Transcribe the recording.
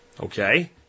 Okay